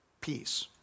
peace